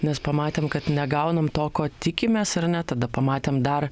nes pamatėm kad negaunam to ko tikimės ar ne tada pamatėm dar